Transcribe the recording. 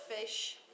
Fish